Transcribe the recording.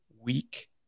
week